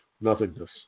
nothingness